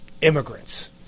Immigrants